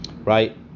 right